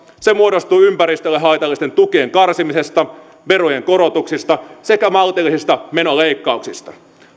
se muodostuu ympäristölle haitallisten tukien karsimisesta verojen korotuksista sekä maltillisista menoleikkauksista